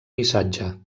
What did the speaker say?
missatge